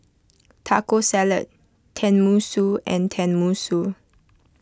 Taco Salad Tenmusu and Tenmusu